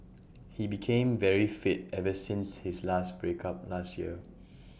he became very fit ever since his last break up last year